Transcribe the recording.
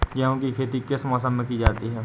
गेहूँ की खेती किस मौसम में की जाती है?